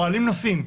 מעלים נושאים,